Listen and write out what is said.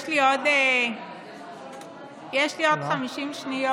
יש לי עוד 50 שניות.